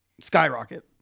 skyrocket